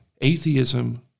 Atheism